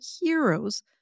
heroes